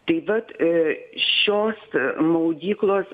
taip vat i šios maudyklos